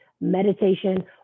Meditation